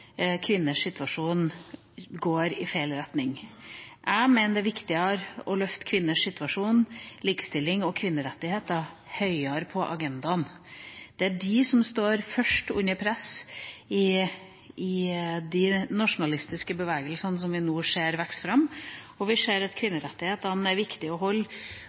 kvinners situasjon går i feil retning. Jeg mener det er viktigere å løfte kvinners situasjon, likestilling og kvinnerettigheter høyere opp på agendaen. Det er de som kommer først under press i de nasjonalistiske bevegelsene som vi nå ser vokse fram, og vi ser at kvinnerettighetene er viktige å holde